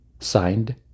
Signed